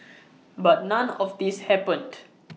but none of this happened